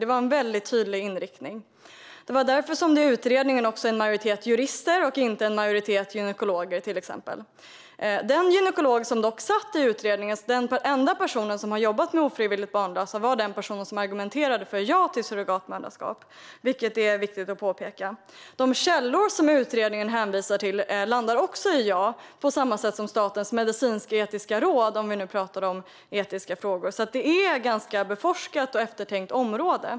Det var en väldigt tydlig inriktning. Det var därför som det i utredningen satt en majoritet jurister och inte en majoritet gynekologer, till exempel. Den gynekolog som dock satt i utredningen, den enda i utredningen som har jobbat med ofrivilligt barnlösa, var den person som argumenterade för ett ja till surrogatmoderskap, vilket är viktigt att påpeka. De källor som utredningen hänvisar till liksom Statens medicinsketiska råd landar också i ett ja, om vi nu ska tala om etiska frågor. Det är alltså ett ganska beforskat och eftertänkt område.